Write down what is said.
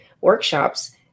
workshops